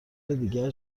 دیگر